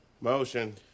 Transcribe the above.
Motion